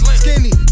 skinny